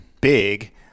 big